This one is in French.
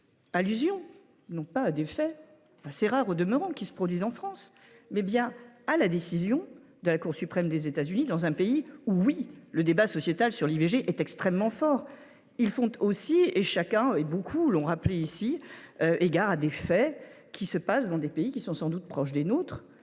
allusion non pas à des faits, assez rares au demeurant, qui se produisent en France, mais bien à la décision de la Cour suprême des États Unis dans un pays où, oui, le débat sociétal sur l’IVG est extrêmement fort. C’est la mondialisation ! Ces textes font aussi référence à des faits qui se passent dans des pays qui sont sans doute proches du nôtre,